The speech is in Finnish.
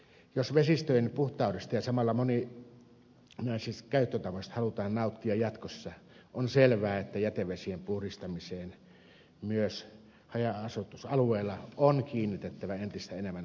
jos vesistöjen puhtaudesta ja samalla moninaisista käyttötavoista halutaan nauttia jatkossa on selvää että jätevesien puhdistamiseen myös haja asutusalueilla on kiinnitettävä entistä enemmän huomiota